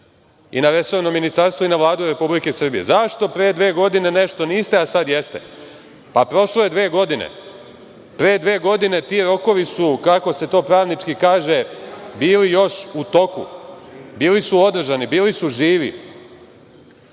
i na resorno Ministarstvo i na Vladu Republike Srbije - zašto pre dve godine nešto niste, a sada jeste? Prošlo je dve godine. Pre dve godine ti rokovi su, kako se to pravnički kaže, bili još u toku, bili su održani, bili su živi.